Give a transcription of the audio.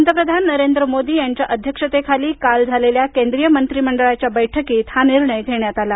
पंतप्रधान नरेंद्र मोदी यांच्या अध्यक्षतेखाली काल झालेल्या केंद्रीय मंत्रिमंडळाच्या बैठकीत हा निर्णय घेण्यात आला